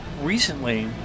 recently